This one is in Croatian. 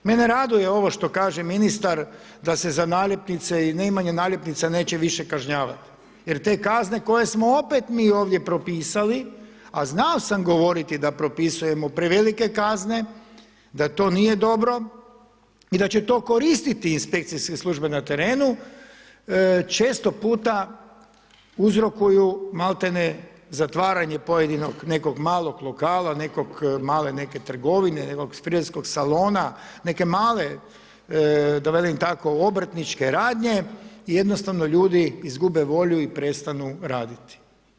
Mene raduje ovo što kaže ministar, da se za naljepnice i neimanja naljepnica, neće više kažnjavati, jer te kazne koje smo opet mi ovdje propisali, a znao sam govoriti da propisujemo prevelike kazne, da to nije dobro i da će to koristiti inspekcijske službe na terenu, često puta uzrokuju maltene zatvaranje pojedinog nekog malog lokala, neke male trgovine, nekog frizerskog salona, neke male, da velim tako obrtničke radnje i jednostavno ljudi izgube volju i prestanu raditi.